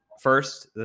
first